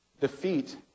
defeat